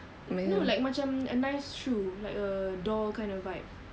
no like macam a nice shoe like a door kind of vibe